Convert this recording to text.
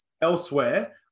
elsewhere